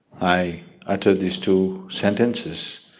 i utter these two sentences,